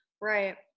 Right